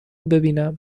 ببینم